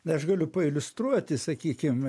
na aš galiu pailiustruoti sakykim